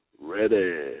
Ready